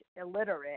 illiterate